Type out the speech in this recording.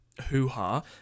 hoo-ha